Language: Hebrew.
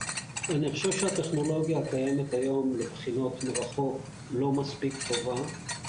אני חושב שהטכנולוגיה הקיימת היום לבחינות מרחוק לא מספיק טובה.